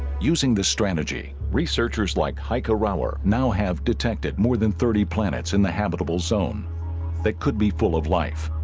using the strategy researchers like hiker hour now have detected more than thirty planets in the habitable zone that could be full of life